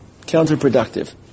counterproductive